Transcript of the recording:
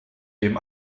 dem